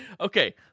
Okay